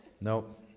Nope